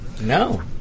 No